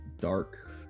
dark